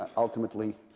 ultimately,